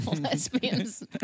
lesbians